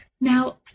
Now